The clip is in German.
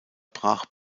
brach